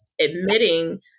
admitting